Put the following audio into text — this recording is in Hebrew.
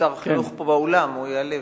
שר החינוך פה באולם, והוא ייעלב.